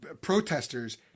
protesters